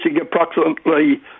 approximately